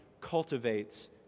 cultivates